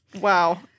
wow